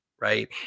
right